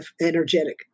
energetic